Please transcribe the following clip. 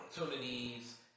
opportunities